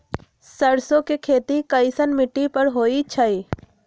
सरसों के खेती कैसन मिट्टी पर होई छाई?